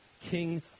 King